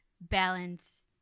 balance